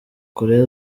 koreya